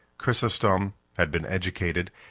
chrysostom had been educated,